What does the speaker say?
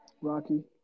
rocky